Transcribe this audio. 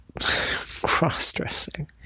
cross-dressing